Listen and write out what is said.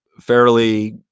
fairly